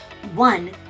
One